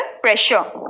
pressure